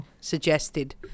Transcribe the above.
suggested